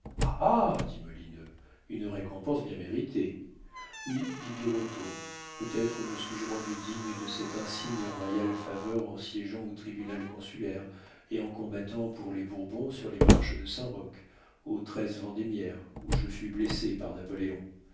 une récompense bien méritée oui dit birotteau peut-être me suis-je rendu digne de cette insigne et royale faveur en siégeant au tribunal consulaire et en combattant pour les bourbons sur les marches de saint-roch au vendémiaire où je fus blessé par napoléon